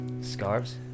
Scarves